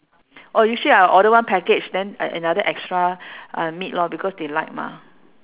oh usually I order one package then an~ another extra uh meat lor because they like mah